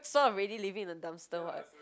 so I'm really living in the dumpster [what]